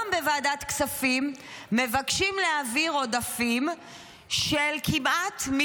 זה מבורך וחשוב, כי מעל 30,000